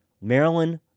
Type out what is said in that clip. Maryland